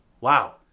Wow